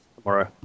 tomorrow